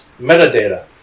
metadata